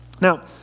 Now